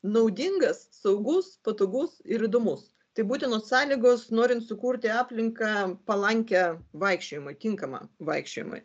naudingas saugus patogus ir įdomus tai būtinos sąlygos norint sukurti aplinką palankią vaikščiojimui tinkamą vaikščiojimui